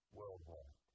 worldwide